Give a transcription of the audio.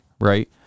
Right